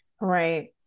Right